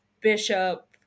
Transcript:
bishop